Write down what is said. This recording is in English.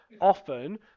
Often